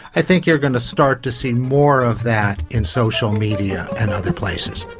i think you are going to start to see more of that in social media and other places.